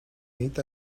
nit